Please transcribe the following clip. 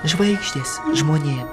žvaigždės žmonėm